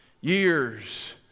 years